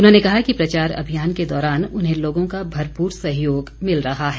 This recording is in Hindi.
उन्होंने कहा कि प्रचार अभियान के दौरान उन्हें लोगों का भरपूर सहयोग मिल रहा है